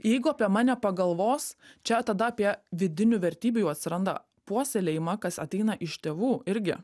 jeigu apie mane pagalvos čia tada apie vidinių vertybių jau atsiranda puoselėjimą kas ateina iš tėvų irgi